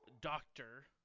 doctor